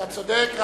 אתה צודק.